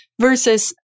versus